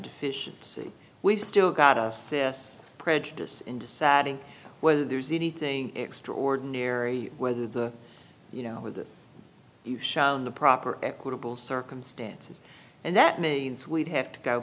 deficiency we've still got a prejudice in deciding whether there's anything extraordinary whether the you know with the proper equitable circumstances and that means we'd have to go